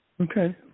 Okay